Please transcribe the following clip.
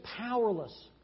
powerless